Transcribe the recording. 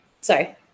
sorry